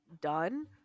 done